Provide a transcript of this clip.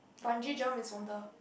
Bungee Jump is from the